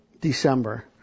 December